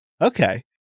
Okay